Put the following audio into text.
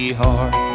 heart